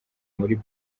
muri